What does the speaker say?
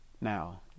Now